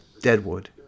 Deadwood